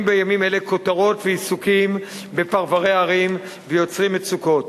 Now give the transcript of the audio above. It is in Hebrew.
בימים אלה כותרות ועיסוקים בפרברי הערים ויוצרים מצוקות.